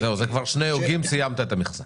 לא, זה כבר שני הוגים, סיימת את המכסה.